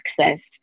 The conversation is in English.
access